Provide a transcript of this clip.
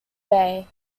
bay